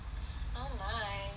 oh my